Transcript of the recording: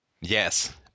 Yes